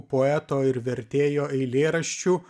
poeto ir vertėjo eilėraščių